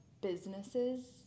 businesses